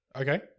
Okay